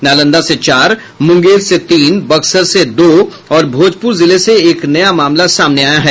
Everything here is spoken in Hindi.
नालंदा से चार मुंगेर से तीन बक्सर से दो और भोजपुर जिले से एक नया मामला सामने आया है